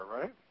right